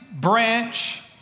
branch